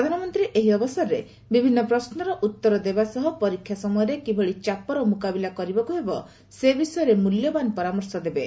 ପ୍ରଧାନମନ୍ତ୍ରୀ ଏହି ଅବସରର ବିଭିନ୍ନ ପ୍ରଶ୍ନର ଉତ୍ତର ଦେବା ସହ ପରୀକ୍ଷା ସମୟରେ କିଭଳି ଚାପର ମୁକାବିଲା କରିବାକୁ ହେବ ସେ ବିଷୟରେ ମୂଲ୍ୟବାନ ପରାମର୍ଶ ଦେବେ